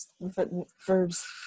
verbs